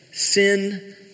Sin